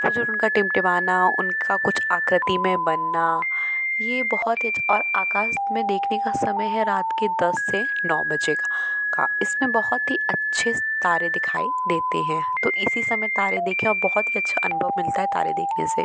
वो जो उनका टिमटिमाना उनका कुछ आकृति में बनना ये बहुत ही अच्छा और आकाश में देखने का समय है रात के दस से नौ बजे का इसमें बहुत ही अच्छे तारे दिखाई देते हैं तो इसी समय तारे देखें और बहुत ही अच्छा अनुभव मिलता है तारे देखने से